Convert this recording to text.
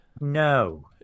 no